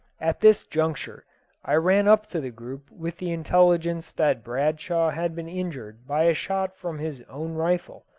at this juncture i ran up to the group with the intelligence that bradshaw had been injured by a shot from his own rifle,